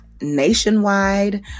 nationwide